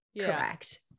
Correct